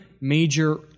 major